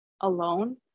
alone